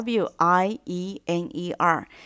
W-I-E-N-E-R